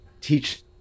teach